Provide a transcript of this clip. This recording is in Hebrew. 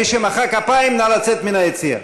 מי שמחא כפיים, נא לצאת מהיציע.